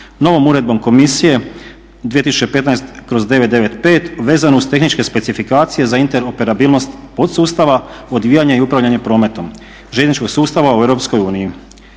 Novom uredbom Komisije 2015/995 vezano uz tehničke specifikacije za interoperabilnost podsustava, odvijanja i upravljanja prometom željezničkog sustava u EU. Zakonom